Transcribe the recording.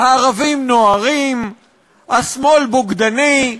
"הערבים נוהרים", "השמאל בוגדני",